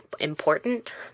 important